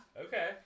okay